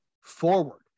forward